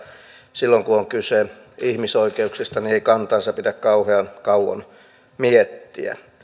silloin kun on kyse ihmisoikeuksista ei kantaansa pidä kauhean kauan miettiä